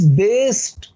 based